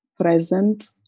present